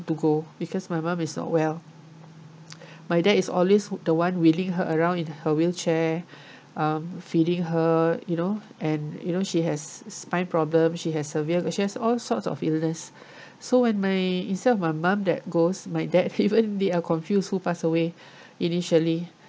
to go because my mum is unwell my dad is always the one wheeling her around in her wheelchair um feeding her you know and you know she has s~ spine problem she has severe she has all sorts of illness so when my instead of my mum that goes my dad even they are confused who pass away initially